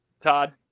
Todd